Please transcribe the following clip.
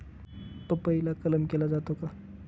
पपईला कलम केला जातो का?